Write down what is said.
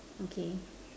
okay